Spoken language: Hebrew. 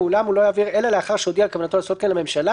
ואולם הוא לא יעביר אלא לאחר שהודיע על כוונתו לעשות כן לממשלה,